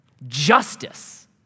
justice